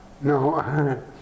No